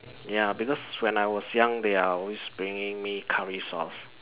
ya because when I was young they are always bringing me curry sauce